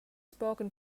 spoken